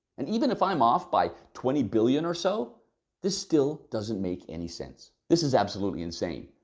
and even if i'm off by twenty billion or so this still doesn't make any sense. this is absolutely insane.